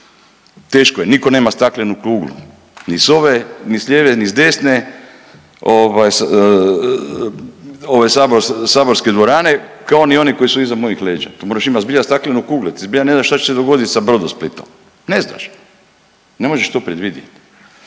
Teško je, niko nema staklenu kuglu ni s lijeve ni s desne saborske dvorane kao ni oni koji su iza mojih leđa. To moraš imati zbilja staklenu kuglu ti zbilja ne znaš šta će se dogoditi sa Brodosplitom, ne znaš, ne možeš to predvidjet.